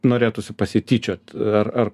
norėtųsi pasityčiot ar ar